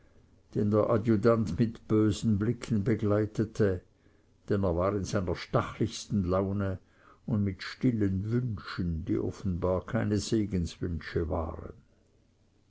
mit bösen blicken begleitete denn er war in seiner stachlichsten laune und mit stillen wünschen die offenbar keine segenswünsche waren